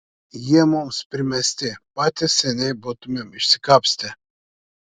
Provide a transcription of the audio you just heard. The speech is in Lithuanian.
jie mums primesti patys seniai būtumėm išsikapstę